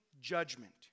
judgment